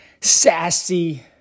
sassy